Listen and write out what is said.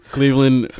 Cleveland